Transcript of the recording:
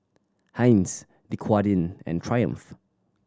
Heinz Dequadin and Triumph